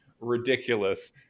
ridiculous